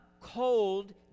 cold